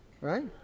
right